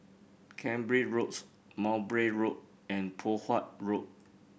Cambridge Road Mowbray Road and Poh Huat Road